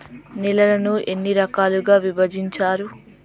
నేలలను ఎన్ని రకాలుగా విభజించారు?